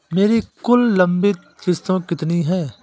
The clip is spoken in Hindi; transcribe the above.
मेरी कुल लंबित किश्तों कितनी हैं?